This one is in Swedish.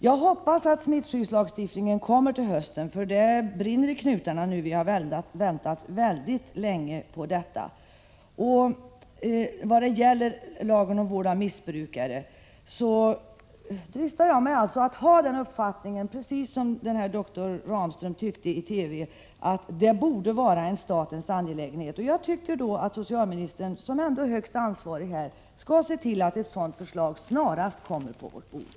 Jag hoppas att den nya smittskyddslagstiftningen kommer till hösten, för nu brinner det i knutarna. Vi har ju väntat väldigt länge på en sådan. Vad gäller lagen om vård av missbrukare dristar jag mig till att säga att jag alltså har precis samma uppfattning som doktor Ramström gav uttryck för i TV, nämligen att denna fråga borde vara en statens angelägenhet. Jag tycker att socialministern, som ändå är den högst ansvariga på detta område, skall se till att ett sådant förslag snarast kommer på riksdagens bord.